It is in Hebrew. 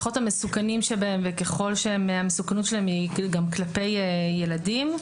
לפחות המסוכנים שבהם וככל שהמסוכנות שלהם היא גם כלפי ילדים,